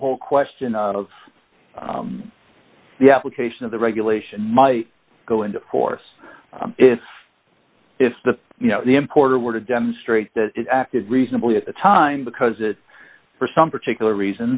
whole question of the application of the regulation might go and of course if if the you know the importer were to demonstrate that it acted reasonably at the time because it for some particular reason